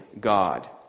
God